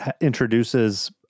introduces